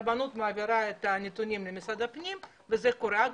הרבנות מעבירה את הנתונים למשרד הפנים וזה קורה.